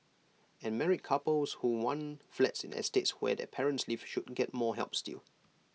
and married couples who want flats in estates where their parents live should get more help still